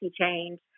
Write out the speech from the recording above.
change